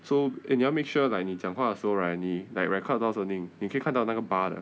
so eh 你要 make sure like 你讲话的时候 right 你 like record 得到声音你可以看到那个 bar 的